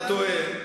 אתה טועה,